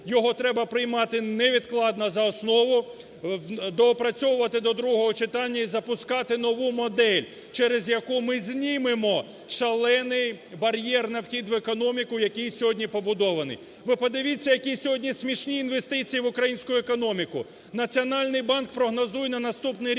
Його треба приймати невідкладно за основу, доопрацьовувати до другого читання і запускати нову модель, через яку ми знімемо шалений бар'єр на вхід в економіку, який сьогодні побудований. Ви подивіться, які сьогодні смішні інвестиції в українську економіку. Національний банк прогнозує на наступний рік